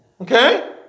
Okay